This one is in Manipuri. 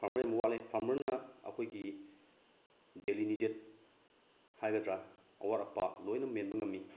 ꯐꯥꯔꯃꯔ ꯌꯥꯝꯅ ꯋꯥꯠꯂꯦ ꯐꯥꯔꯃꯔꯅ ꯑꯩꯈꯣꯏꯒꯤ ꯗꯦꯜꯂꯤ ꯅꯤꯗꯦꯠ ꯍꯥꯏꯒꯗ꯭ꯔꯥ ꯑꯋꯥꯠ ꯑꯄꯥ ꯂꯣꯏꯅ ꯃꯦꯟꯕ ꯉꯝꯃꯤ